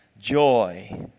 joy